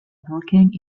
working